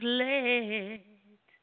led